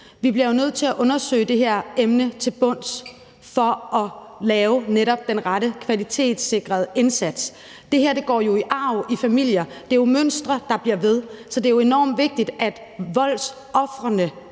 Vi bliver jo nødt til at undersøge det her emne til bunds for at lave netop den rette kvalitetssikrede indsats. Det her går jo i arv i familier, og det er mønstre, der bliver ved. Så det er enormt vigtigt, at voldsofrene,